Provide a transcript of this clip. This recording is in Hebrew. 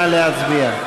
נא להצביע.